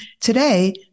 Today